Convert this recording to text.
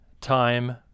time